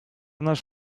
наш